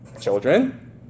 children